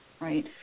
Right